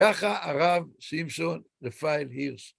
ככה הרב שמשון רפאל הירש.